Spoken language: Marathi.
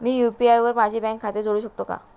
मी यु.पी.आय वर माझे बँक खाते जोडू शकतो का?